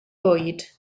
bwyd